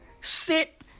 Sit